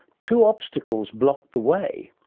two obstacles blocked the way.